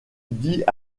dit